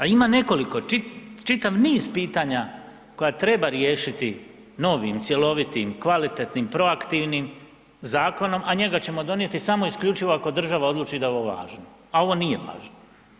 A ima nekoliko čitav niz pitanja koja treba riješiti novim, cjelovitim, kvalitetnim, proaktivnim zakonom, a njega ćemo donijeti samo i isključivo ako država odluči da je ovo važno, a ovo nije važno.